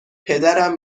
پدرم